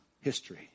history